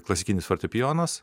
klasikinis fortepijonas